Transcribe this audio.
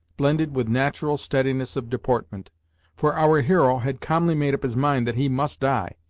blended with natural steadiness of deportment for our hero had calmly made up his mind that he must die,